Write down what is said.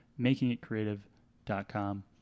makingitcreative.com